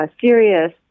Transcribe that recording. serious